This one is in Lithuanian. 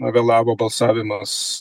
na vėlavo balsavimas